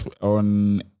on